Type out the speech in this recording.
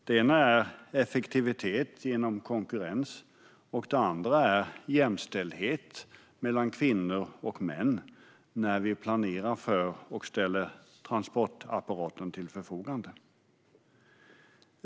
Det ena är effektivitet genom konkurrens, och det andra är jämställdhet mellan kvinnor och män när vi planerar för transportapparaten och ställer den till förfogande.